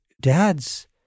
dad's